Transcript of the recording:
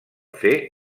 fer